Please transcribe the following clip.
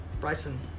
bryson